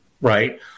right